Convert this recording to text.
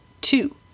two